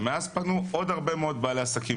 ומאז פנו עוד הרבה מאוד בעלי עסקים